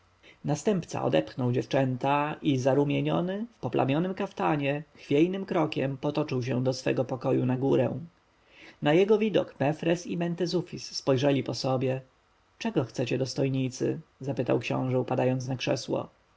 następca odepchnął dziewczęta i zarumieniony w poplamionym kaftanie chwiejnym krokiem potoczył się do swego pokoju na górę na jego widok mefres i mentezufis spojrzeli po sobie czego chcecie dostojnicy spytał książę upadając na krzesło